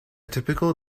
typical